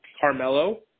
Carmelo